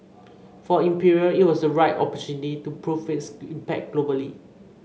for Imperial it was a right opportunity to prove its impact globally